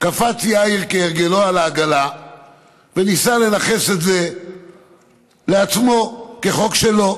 קפץ יאיר כהרגלו על העגלה וניסה לנכס את זה לעצמו כחוק שלו,